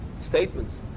statements